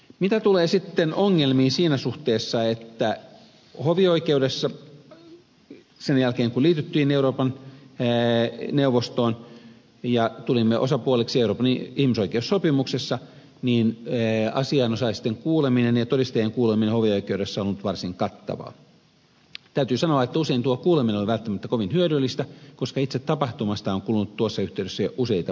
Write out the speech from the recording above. mitä tulee sitten ongelmiin siinä suhteessa että hovioikeudessa sen jälkeen kun liityimme euroopan neuvostoon ja tulimme osapuoliksi euroopan ihmisoikeussopimuksessa asianosaisten kuuleminen ja todistajien kuuleminen on ollut varsin kattavaa täytyy sanoa että usein tuo kuuleminen ei ole välttämättä kovin hyödyllistä koska itse tapahtumasta on kulunut tuossa yhteydessä jo useita vuosia